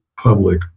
public